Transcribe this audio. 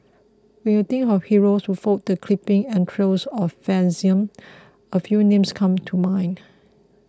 when you think of heroes who fought the creeping entrails of fascism a few names come to mind